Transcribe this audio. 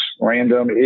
random